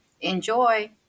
Enjoy